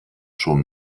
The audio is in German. schon